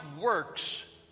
works